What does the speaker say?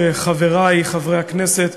חברי חברי הכנסת,